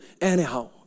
anyhow